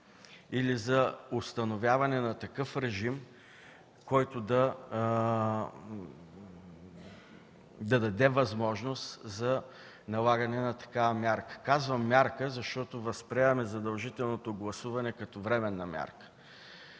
или за установяване на такъв режим, който да даде възможност за налагане на такава мярка. Казвам „мярка”, защото възприемаме задължителното гласуване като временна мярка,